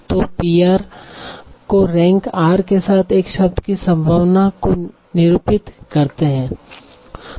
तो Pr को rank r के साथ एक शब्द की संभावना को निरूपित करते हैं